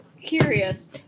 curious